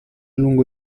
lungo